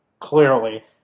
clearly